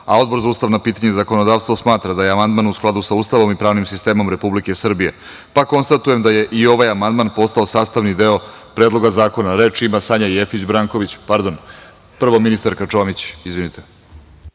a Odbor za ustavna pitanja i zakonodavstvo smatra da je amandman u skladu sa Ustavom i pravnim sistemom Republike Srbije, p konstatujem da je i ovaj amandman postao sastavni deo Predloga zakona. Reč ima Sanja Jefić Branković. Pardon, prvo ministarka Čomić. Izvinite.